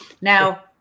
now